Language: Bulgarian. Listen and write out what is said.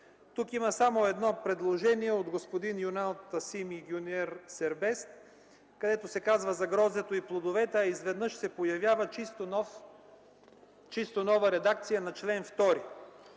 Тук има само едно предложение от господин Юнал Тасим и Гюнер Сербест, където се казва за гроздето и плодовете, а изведнъж се появява чисто нова редакция на чл. 2.